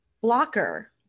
blocker